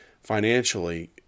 financially